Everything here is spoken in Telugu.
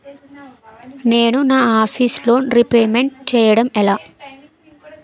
నేను నా ఆఫీస్ లోన్ రీపేమెంట్ చేయడం ఎలా?